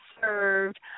served